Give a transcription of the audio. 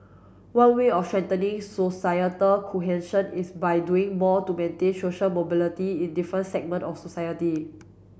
one way of strengthening societal is by doing more to maintain social mobility in different segment of society